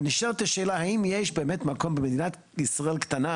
ונשאלת השאלה האם יש באמת מקום במדינת ישראל הקטנה